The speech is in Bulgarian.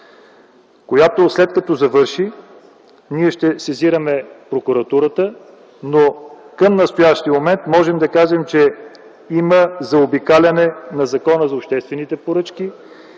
тече. След като завърши, ние ще сезираме Прокуратурата. Към настоящия момент можем да кажем, че има заобикаляне на Закона за обществените поръчки,